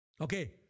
Okay